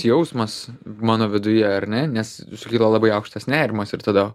jausmas mano viduje ar ne nes sukyla labai aukštas nerimas ir tada